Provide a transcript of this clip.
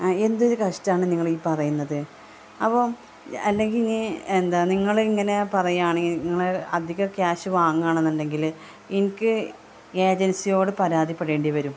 എന്തൊരു കഷ്ടമാണ് നിങ്ങൾ ഈ പറയുന്നത് അപ്പം അല്ലെങ്കിൽ ഇനി എന്താ നിങ്ങൾ ഇങ്ങനെ പറയുകയാണെങ്കിൽ നിങ്ങൾ അധിക ക്യാഷ് വാങ്ങുകയാണ് എന്നുണ്ടെങ്കിൽ എനിക്ക് ഏജൻസിയോട് പരാതിപ്പെടേണ്ടി വരും